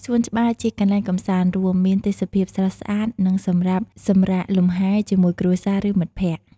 សួនច្បារជាកន្លែងកំសាន្តរួម មានទេសភាពស្រស់ស្អាត និង សម្រាប់សម្រាកលំហែជាមួយគ្រួសារ ឬ មិត្តភក្តិ។